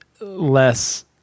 less